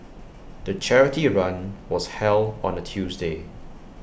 the charity run was held on A Tuesday